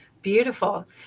beautiful